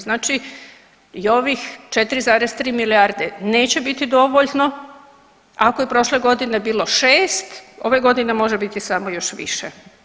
Znači i ovih 4,3 milijarde neće biti dovoljno ako je prošle godine bilo 6, ove godine može biti samo još više.